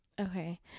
okay